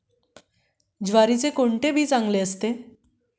ज्वारीचे कोणते बी चांगले असते?